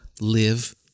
live